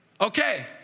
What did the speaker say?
Okay